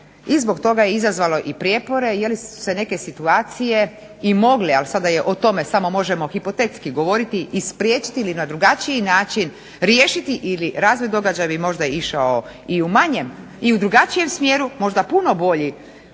i zbog toga je izazvao i prijepore jer su se neke situacije i mogle, ali sada o tome samo možemo hipotetski govoriti, ispriječiti ili na drugačiji način riješiti ili razvoj događaja bi možda išao i u manjem i u drugačijem smjeru. U cjelini